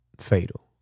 fatal